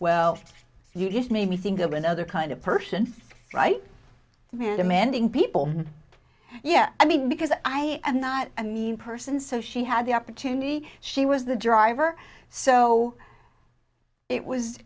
well you just made me think of another kind of person right here demanding people yeah i mean because i am not a mean person so she had the opportunity she was the driver so it was